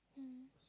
mmhmm